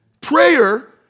Prayer